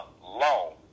law